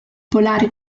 polare